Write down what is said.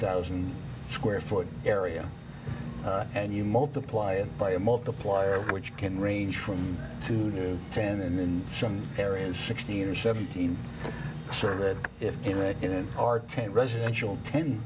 thousand square foot area and you multiply it by a multiplier which can range from two to ten and in some areas sixteen or seventeen sure if you know in our ten residential ten